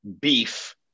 beef